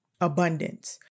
abundance